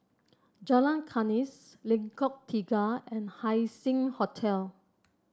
Jalan Kandis Lengkong Tiga and Haising Hotel